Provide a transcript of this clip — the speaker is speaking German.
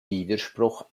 widerspruch